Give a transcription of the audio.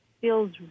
feels